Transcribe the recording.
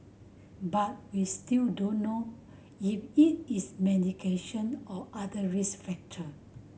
but we still don't know if it is medication or other risk factor